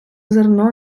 зерно